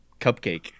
cupcake